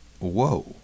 whoa